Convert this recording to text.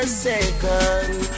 second